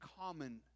common